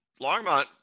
longmont